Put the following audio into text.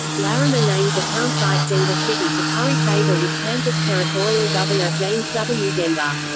larimer named the townsite denver city to curry favor with kansas territorial governor james w. denver.